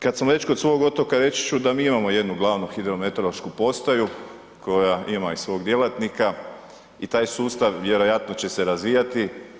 Kad sam već kod svog otoka, reći ću da mi imamo jednu glavnu hidrometeorološku postaju koja ima i svog djelatnika i taj sustav vjerojatno će se razvijati.